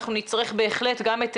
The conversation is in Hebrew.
בוקר טוב, אנחנו בהחלט חושבים